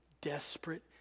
desperate